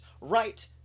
right